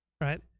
right